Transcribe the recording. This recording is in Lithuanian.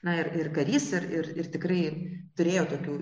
na ir ir karys ir ir tikrai turėjo tokių